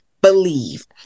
Believe